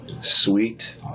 sweet